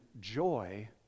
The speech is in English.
joy